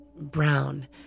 brown